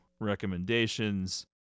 recommendations